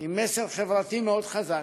עם מסר חברתי מאוד חזק,